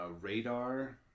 radar